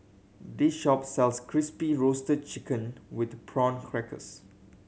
this shop sells Crispy Roasted Chicken with Prawn Crackers